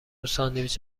ساندویچ